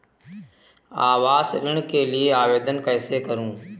आवास ऋण के लिए आवेदन कैसे करुँ?